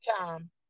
time